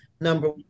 number